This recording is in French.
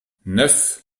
neuf